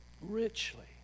richly